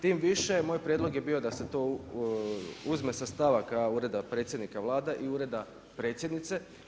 Tim više moj prijedlog je bio da se to uzme sa stavaka ureda predsjednika Vlada i ureda Predsjednice.